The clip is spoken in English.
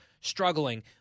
struggling